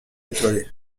étoilé